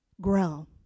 grow